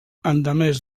endemés